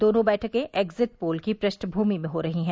दोनों बैठकें exit poll की पृष्ठभूमि में हो रही हैं